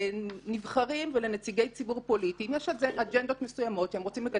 לנבחרים ולנציגי ציבור פוליטיים יש אג'נדות מסוימות שהם רוצים לקדם,